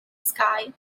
sky